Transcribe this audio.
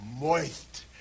moist